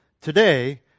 Today